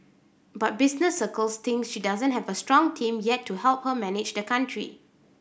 but business circles think she doesn't have a strong team yet to help her manage the country